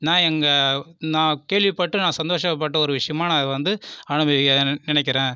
நான் எங்கே நான் கேள்விப்பட்டு நான் சந்தோஷப்பட்ட ஒரு விஷயமாக நான் வந்து அனுபவிக்க நினைக்கிறேன்